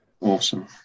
awesome